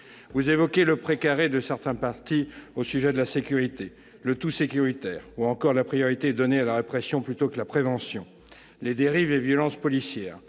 vous évoquez le « pré carré » de certains partis au sujet de la sécurité, le « tout-sécuritaire » ou encore « la priorité donnée à la répression plutôt qu'à la prévention », les « dérives et violences policières